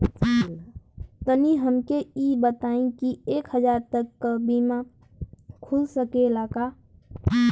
तनि हमके इ बताईं की एक हजार तक क बीमा खुल सकेला का?